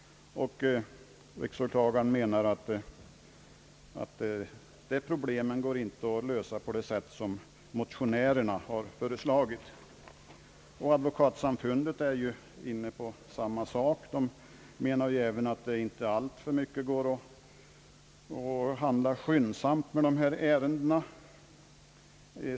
Riksåklagaren anser att detta problem inte går att lösa på det sätt som motionärerna har föreslagit. Advokatsamfundet är inne på samma linje. Samfundet framhåller att det inte är möjligt att handlägga ärenden av denna natur alltför skyndsamt.